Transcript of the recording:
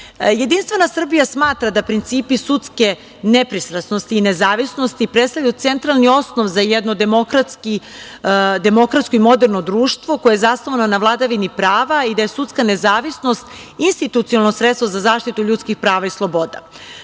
stranu. Jedinstvena Srbija smatra da principi sudske nepristrasnosti i nezavisnosti predstavljaju centralni osnov za jedno demokratsko i moderno društvo koje je zasnovano na vladavini prava i da je sudska nezavisnost institucionalno sredstvo za zaštitu ljudskih prava i sloboda. Tu